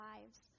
lives